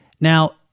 Now